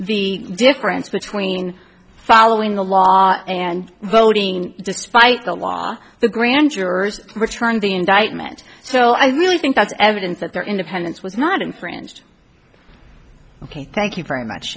the difference between following the law and voting despite the law the grand jurors returned the indictment so i really think that's evidence that their independence was not infringed ok thank you very much